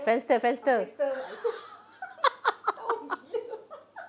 Friendster Friendster